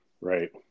Right